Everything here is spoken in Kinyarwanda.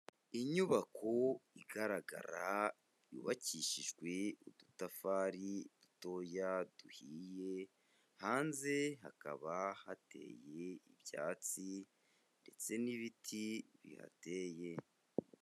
Inyubako igaragara yubakishijwe udutafari dutoya duhiye, hanze hakaba hateye ibyatsi ndetse n'ibiti bihateye.